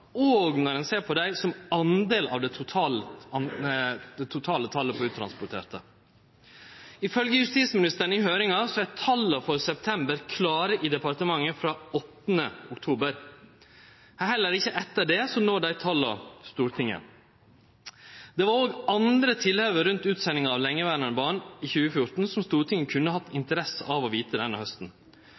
og når ein ser på dei som del av det totale talet på uttransporterte. Ifølgje justisministeren i høyringa var tala for september klåre i departementet frå 8. oktober. Heller ikkje etter det når dei tala fram til Stortinget. Det var òg andre tilhøve rundt utsendingane av lengeverande barn i 2014 som Stortinget kunne hatt interesse av å vite denne hausten